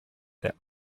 that